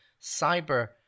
cyber